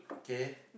okay